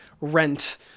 rent